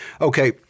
Okay